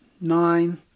nine